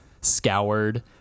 scoured